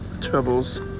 troubles